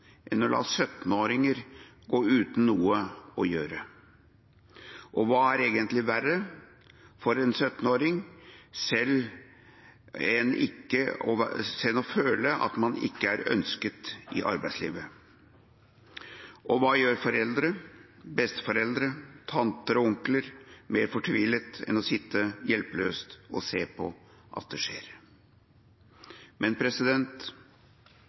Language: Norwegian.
la 17-åringer gå uten noe å gjøre? Hva er egentlig verre for en 17-åring enn å føle at man ikke er ønsket i arbeidslivet? Hva gjør foreldre, besteforeldre, tanter og onkler mer fortvilet enn å sitte hjelpeløse og se på at det skjer?